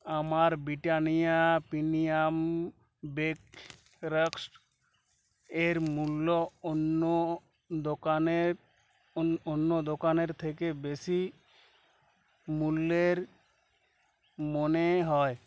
আমার Britannia premium bake rusk এর মূল্য অন্য দোকানের অন অন্য দোকানের থেকে বেশি মূল্যের মনে হয়